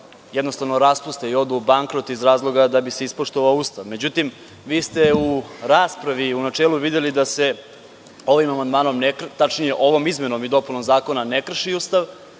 jednostavno raspuste i odu u bankrot iz razloga da bi se ispoštovao Ustav. Međutim, vi ste u raspravi u načelu videli da se ovim amandmanom, tačnije ovom izmenom i dopunom zakona ne krši Ustav,